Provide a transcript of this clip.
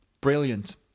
Brilliant